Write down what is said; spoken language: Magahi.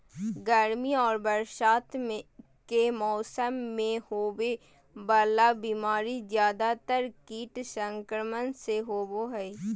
गर्मी और बरसात के मौसम में होबे वला बीमारी ज्यादातर कीट संक्रमण से होबो हइ